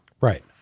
Right